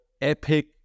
epic